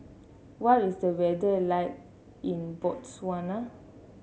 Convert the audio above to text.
what is the weather like in Botswana